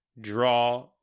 draw